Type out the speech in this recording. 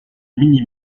mini